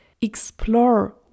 explore